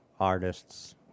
artists